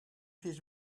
his